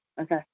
Okay